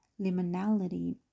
liminality